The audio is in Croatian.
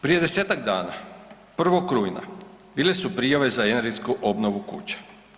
Prije desetak dana, 1. rujna bile su prijave za energetsku obnovu kuća.